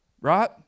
Right